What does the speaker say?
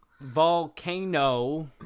volcano